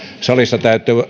salissa